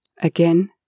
Again